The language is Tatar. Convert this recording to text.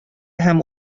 һәм